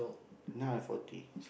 now I forty